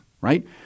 right